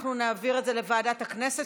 אנחנו נעביר את זה לוועדת הכנסת,